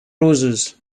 roses